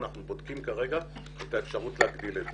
אנחנו בודקים כרגע את האפשרות להגדיל את זה.